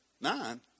Nine